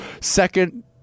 second